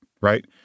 right